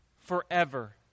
forever